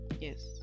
yes